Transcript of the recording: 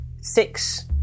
six